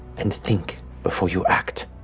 and think before you act.